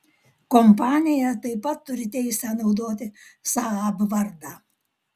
kompanija taip pat turi teisę naudoti saab vardą